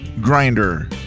grinder